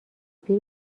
پیر